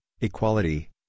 equality